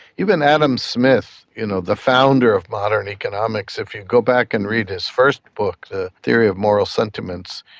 even adam smith, you know the founder of modern economics, if you go back and read his first book, the theory of moral sentiments,